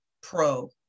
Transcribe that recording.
pro